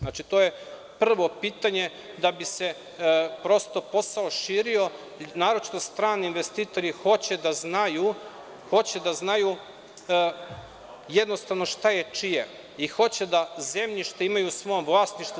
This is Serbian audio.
Znači, to je prvo pitanje, da bi se prosto posao širio, a naročito strani investitori hoće da znaju jednostavno šta je čije i hoće da zemljište imaju u svom vlasništvu.